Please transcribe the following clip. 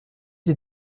les